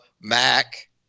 Mac